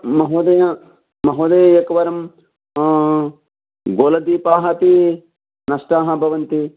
महोदय महोदय एकवारं गोलदीपाः अपि नष्टाः भवन्ति